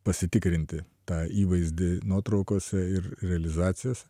pasitikrinti tą įvaizdį nuotraukose ir realizacijose